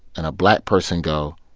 and a black person go,